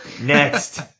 Next